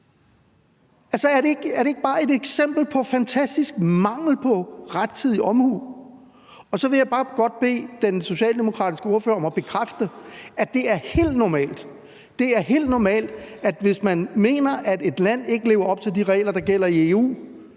Er det ikke bare et eksempel på fantastisk mangel på rettidig omhu? Så vil jeg bare godt bede den socialdemokratiske ordfører om at bekræfte, at det er helt normalt – det er helt normalt – at hvis man mener, at et land ikke lever op til de regler, der gælder i EU,